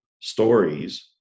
stories